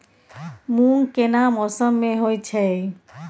मूंग केना मौसम में होय छै?